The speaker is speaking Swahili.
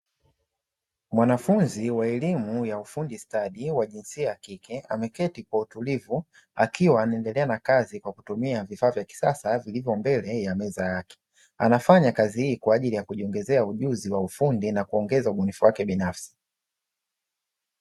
Mwanafunzi wa elimu ya ufundi stadi wa jinsia ya kike, ameketi kwa utulivu, akiwa anaendelea na kazi kwa kutumia vifaa vya kisasa vilivyo mbele ya meza yake. Anafanya kazi hii kwa ajili ya kujiongezea ujuzi wa ufundi na kuongeza ubunifu wake binafsi.